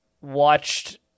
watched